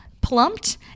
plumped